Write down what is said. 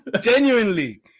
Genuinely